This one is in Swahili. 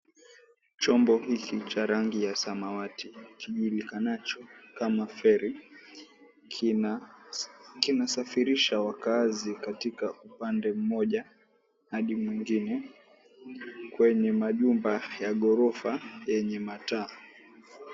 Chombo hiki cha rangi ya samawati kijulikanacho kama feri kinasafirisha wakaazi katika upande mmoja hadi mwingine kwenye majumba ya ghorofa yenye mataa.